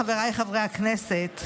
חבריי חברי הכנסת,